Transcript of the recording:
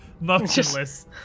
motionless